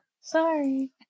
sorry